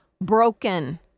broken